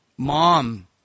Mom